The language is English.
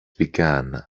began